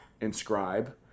inscribe